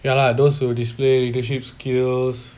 ya lah those who display leadership skills